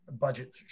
budget